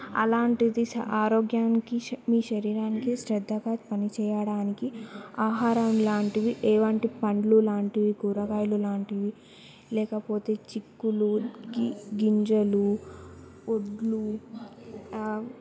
అలాంటిది శ ఆరోగ్యానికి మీ శరీరానికి శ్రద్ధగా పనిచేయడానికి ఆహారం లాంటివి ఏవి అంటే పళ్ళు లాంటివి కూరగాయలు లాంటివి లేకపోతే చిక్కులు గి గింజలు వడ్లు